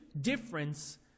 difference